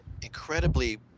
incredibly